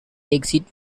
exceed